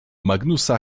magnusa